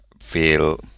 feel